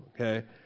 okay